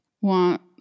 want